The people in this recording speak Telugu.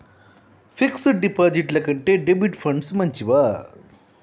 ఫిక్స్ డ్ డిపాజిట్ల కంటే డెబిట్ ఫండ్స్ మంచివా?